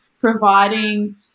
providing